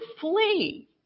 flee